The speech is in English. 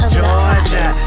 Georgia